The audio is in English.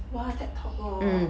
!wah! ted talk orh